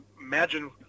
imagine